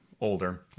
older